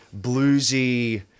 bluesy